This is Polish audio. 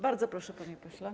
Bardzo proszę, panie pośle.